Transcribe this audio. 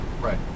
Right